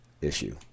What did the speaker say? issue